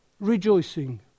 Rejoicing